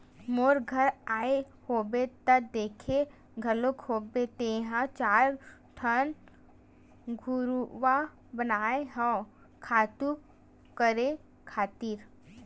मोर घर आए होबे त देखे घलोक होबे तेंहा चार ठन घुरूवा बनाए हव खातू करे खातिर